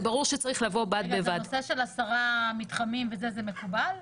הנושא של עשרה מתחמים מקובל?